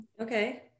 okay